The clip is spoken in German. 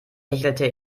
hechelte